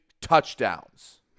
touchdowns